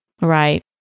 Right